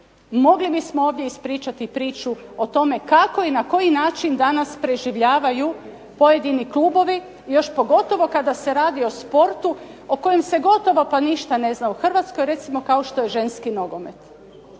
mogli bismo ovdje ispričati priču o tome kako i na koji način danas preživljavaju pojedini klubovi, još pogotovo kada se radi o sportu o kojem se gotovo pa ništa ne zna u Hrvatskoj, recimo kao što je ženski nogomet